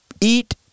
eat